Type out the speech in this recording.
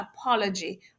apology